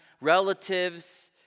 relatives